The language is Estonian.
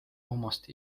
omast